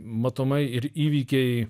matomai ir įvykiai